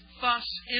thus